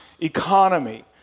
economy